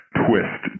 twist